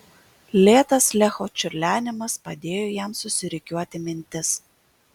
lėtas lecho čiurlenimas padėjo jam susirikiuoti mintis